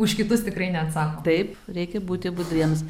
už kitus tikrai neatsako taip reikia būti budriems